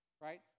right